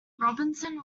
robinson